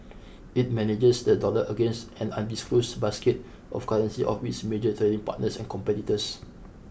it manages the dollar against an undisclosed basket of currencies of its major trading partners and competitors